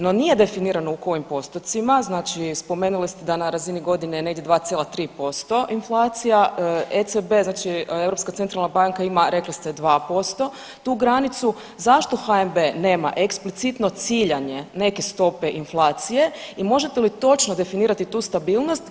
No, nije definirano u kojim postocima, znači spomenuli ste da na razini godine je negdje 2,3% inflacija, ECB znači Europska centralna banka ima rekli ste 2% tu granicu, zašto HNB nema eksplicitno ciljanje neke stope inflacije i možete li točno definirati tu stabilnost.